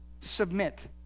submit